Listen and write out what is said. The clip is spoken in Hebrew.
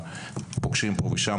ופוגשים פה ושם,